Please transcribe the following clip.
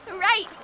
right